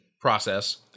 process